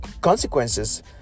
consequences